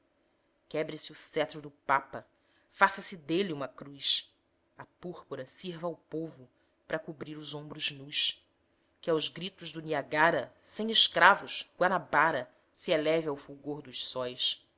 quebre se o cetro do papa faça-se dele uma cruz a púrpura sirva ao povo pra cobrir os ombros nus que aos gritos do niagara sem escravos guanabara se eleve ao fulgor dos sóis